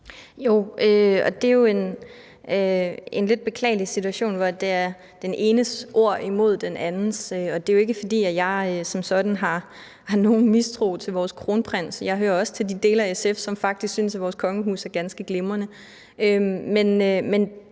(SF): Det er jo en lidt beklagelig situation, hvor det er den enes ord mod den andens. Det er ikke, fordi jeg som sådan har nogen mistro til vores kronprins. Jeg hører også til den del af SF, som faktisk synes, at vores kongehus er ganske glimrende.